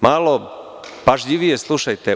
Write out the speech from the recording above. Malo pažljivije slušajte.